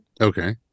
Okay